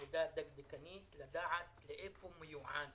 עבודה דקדקנית, לדעת להיכן מיועד